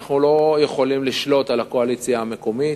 אנחנו לא יכולים לשלוט על הקואליציה המקומית,